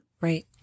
Right